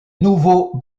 nouveau